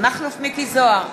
מכלוף מיקי זוהר,